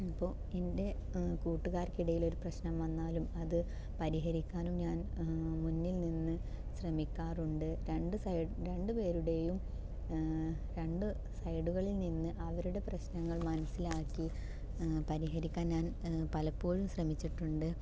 ഇപ്പോൾ എൻ്റെ കൂട്ടുകാർക്കിടയിലൊരു പ്രശ്നം വന്നാലും അത് പരിഹരിക്കാനും ഞാൻ മുന്നിൽ നിന്ന് ശ്രമിക്കാറുണ്ട് രണ്ട് സൈഡ് രണ്ടു പേരുടെയും രണ്ട് സൈഡുകളിൽ നിന്ന് അവരുടെ പ്രശ്നങ്ങൾ മനസിലാക്കി പരിഹരിക്കാൻ ഞാൻ പലപ്പോഴും ശ്രമിച്ചിട്ടുണ്ട്